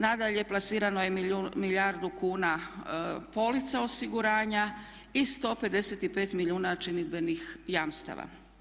Nadalje, plasirano je milijardu kuna polica osiguranja i 155 milijuna činidbenih jamstava.